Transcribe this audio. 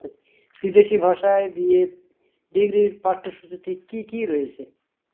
বিদেশি ভাষায় B A ডিগ্রির পাঠ্যসূচীতে কী কী রয়েছে